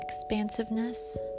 expansiveness